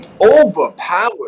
Overpowered